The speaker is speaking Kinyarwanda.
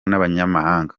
n’abanyamahanga